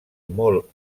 molt